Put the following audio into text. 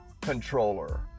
Controller